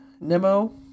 Nemo